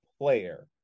player